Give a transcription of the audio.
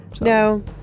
No